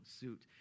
suit